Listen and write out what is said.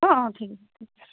অ অ ঠিক আছে ঠিক আছে